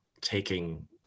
taking